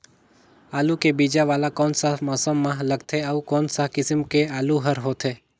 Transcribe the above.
आलू के बीजा वाला कोन सा मौसम म लगथे अउ कोन सा किसम के आलू हर होथे?